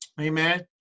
amen